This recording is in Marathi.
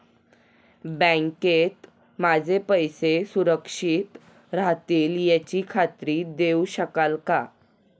बँकेत माझे पैसे सुरक्षित राहतील याची खात्री देऊ शकाल का?